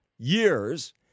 years